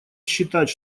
считать